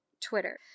Twitter